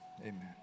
amen